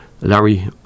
Larry